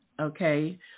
okay